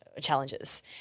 challenges